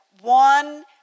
one